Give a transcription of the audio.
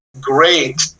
great